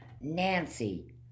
Nancy